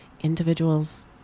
individuals